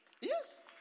Yes